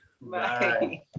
bye